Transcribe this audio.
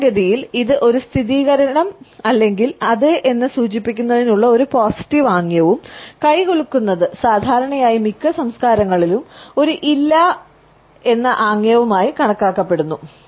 സാധാരണഗതിയിൽ ഇത് ഒരു സ്ഥിരീകരണം അല്ലെങ്കിൽ അതെ എന്ന് സൂചിപ്പിക്കുന്നതിനുള്ള ഒരു പോസിറ്റീവ് ആംഗ്യവും കൈ കുലുക്കുന്നത് സാധാരണയായി മിക്ക സംസ്കാരങ്ങളിലും ഒരു ഇല്ല ആയി കണക്കാക്കപ്പെടുന്നു